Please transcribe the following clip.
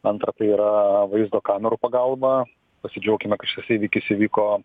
antra tai yra vaizdo kamerų pagalba pasidžiaukime kad šis įvykis įvyko